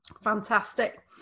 fantastic